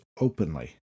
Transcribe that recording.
openly